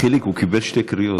חיליק, הוא קיבל שתי קריאות.